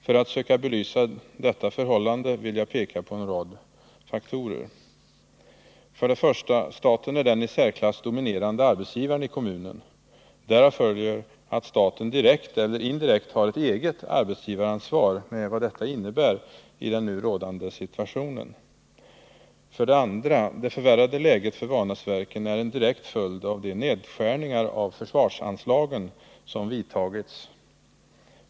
För att söka belysa detta förhållande vill jag peka på en rad faktorer: För det första: Staten är den i särklass dominerande arbetsgivaren i kommunen. Därav följer att staten direkt eller indirekt har ett eget arbetsgivaransvar med vad detta innebär i den nu rådande situationen. För det andra: Det förvärrade läget för Vanäsverken är en direkt följd av de nedskärningar av försvarsanslagen som vidtagits.